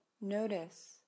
Notice